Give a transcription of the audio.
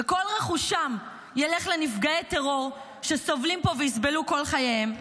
וכל רכושם ילך לנפגעי טרור שסובלים פה ויסבלו כל חייהם,